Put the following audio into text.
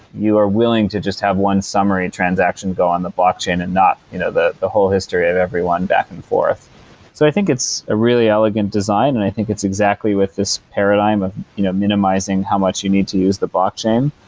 you are willing to just have one summary transaction go on the blockchain and not you know the the whole history of everyone back and forth so i think it's a really elegant design and i think it's exactly what this paradigm of you know minimizing how much you need use the blockchain.